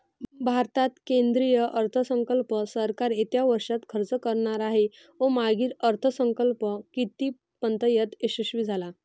भारतात केंद्रीय अर्थसंकल्प सरकार येत्या वर्षात खर्च करणार आहे व मागील अर्थसंकल्प कितीपर्तयंत यशस्वी झाला